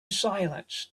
silence